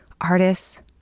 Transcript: artists